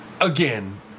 Again